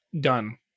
done